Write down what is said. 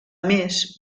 més